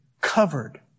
covered